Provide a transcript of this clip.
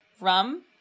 Rum